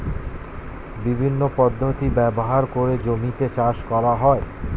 বিভিন্ন পদ্ধতি ব্যবহার করে জমিতে চাষ করা হয়